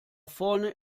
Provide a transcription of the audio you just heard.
vorne